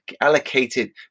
allocated